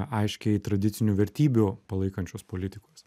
aiškiai tradicinių vertybių palaikančios politikos